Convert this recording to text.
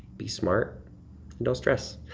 be smart and don't stress.